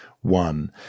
one